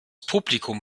publikum